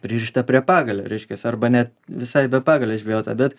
pririšta prie pagalio reiškias arba net visai be pagalio žvejota bet